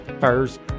first